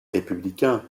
républicains